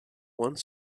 one